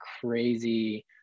crazy